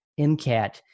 MCAT